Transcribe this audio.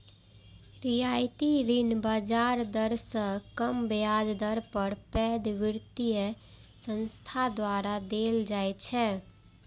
रियायती ऋण बाजार दर सं कम ब्याज दर पर पैघ वित्तीय संस्थान द्वारा देल जाइ छै